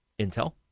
Intel